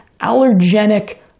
allergenic